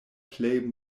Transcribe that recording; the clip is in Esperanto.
plej